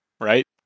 right